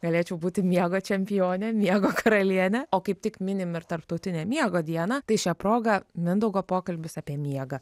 galėčiau būti miego čempionė miego karalienė o kaip tik minim ir tarptautinę miego dieną tai šia proga mindaugo pokalbis apie miegą